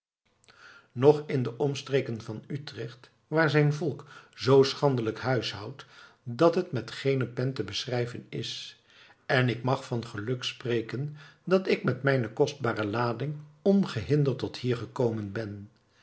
nog in de omstreken van utrecht waar zijn volk zoo schandelijk huishoudt dat het met geene pen te beschrijven is en ik mag van geluk spreken dat ik met mijne kostbare lading ongehinderd tot hier gekomen ben